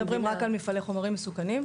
אנחנו מדברים רק על מפעלי חומרים מסוכנים.